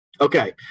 okay